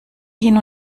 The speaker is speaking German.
hin